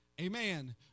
Amen